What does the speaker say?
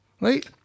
right